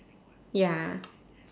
ya